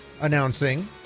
Announcing